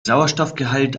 sauerstoffgehalt